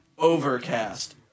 Overcast